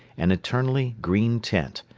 an eternally green tent,